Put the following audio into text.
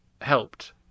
helped